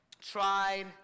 tried